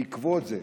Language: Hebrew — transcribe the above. בעקבות זה,